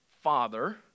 father